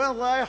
וין ראיח?